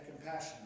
compassion